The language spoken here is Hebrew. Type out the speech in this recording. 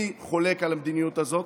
אני חולק על המדיניות הזאת.